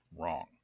wrong